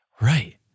right